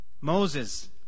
Moses